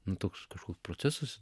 nu toks kažkoks procesas